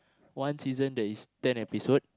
one season there is ten episode